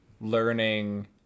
learning